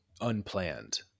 unplanned